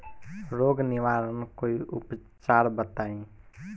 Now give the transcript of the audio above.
रोग निवारन कोई उपचार बताई?